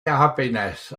happiness